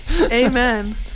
Amen